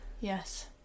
yes